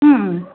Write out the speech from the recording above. ಹ್ಞೂ